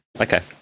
Okay